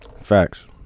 Facts